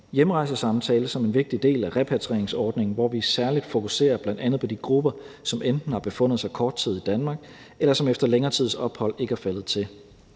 hjemrejsesamtale som en vigtig del af repatrieringsordningen, hvor vi særlig fokuserer bl.a. på de grupper, som enten har befundet sig kort tid i Danmark, eller som efter længere tids ophold ikke er faldet til.